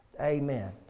Amen